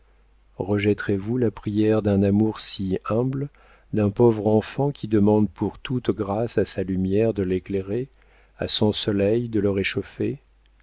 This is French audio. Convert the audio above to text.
rejetterez vous la prière d'un amour si humble d'un pauvre enfant qui demande pour toute grâce à sa lumière de l'éclairer à son soleil de le réchauffer